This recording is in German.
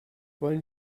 wollen